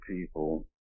people